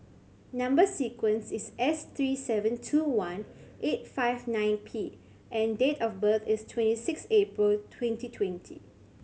number sequence is S three seven two one eight five nine P and date of birth is twenty six April twenty twenty